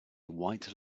white